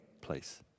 place